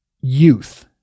youth